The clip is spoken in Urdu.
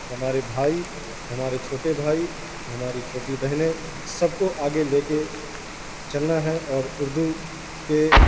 ہمارے بھائی ہمارے چھوٹے بھائی اور ہماری چھوٹی بہنیں سب کو آگے لے کے چلنا ہے اور اردو کے